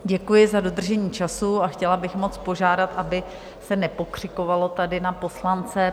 Děkuji za dodržení času a chtěla bych moc požádat, aby se nepokřikovalo tady na poslance.